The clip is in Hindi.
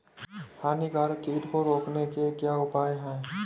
हानिकारक कीट को रोकने के क्या उपाय हैं?